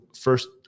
first